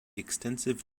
extensive